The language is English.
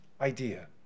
idea